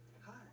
Hi